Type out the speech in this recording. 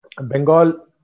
Bengal